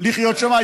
לחיות שם.